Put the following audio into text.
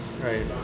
Right